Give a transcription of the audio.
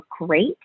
great